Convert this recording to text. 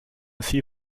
see